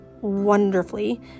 wonderfully